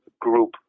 group